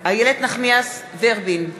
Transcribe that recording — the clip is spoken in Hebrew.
איילת נחמיאס ורבין,